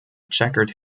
checkered